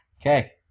Okay